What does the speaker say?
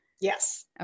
yes